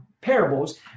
parables